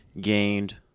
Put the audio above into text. gained